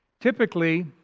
Typically